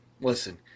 listen